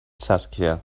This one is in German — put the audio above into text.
saskia